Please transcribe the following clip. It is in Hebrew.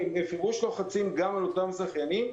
-- בפירוש לוחצים על אותם זכיינים.